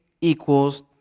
equals